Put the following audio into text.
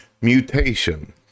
mutation